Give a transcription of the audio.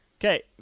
Okay